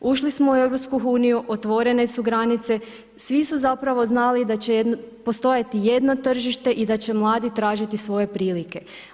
Ušli smo u EU, otvorene su granice, svi su zapravo znali da će postojati jedno tržište i da će mladi tražiti svoje prilike.